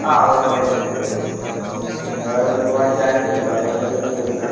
ആ ക്വാറൻറ്റെെനിൽ തന്നെ ആയിരുന്നു പിന്നെ വേറെ എവിടെയും പോവാൻ ചാൻസ് ഇല്ലല്ലോ അതുകൊണ്ട് പിന്നെ പോയിട്ടില്ല